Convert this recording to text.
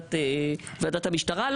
בוועדת המשטרה?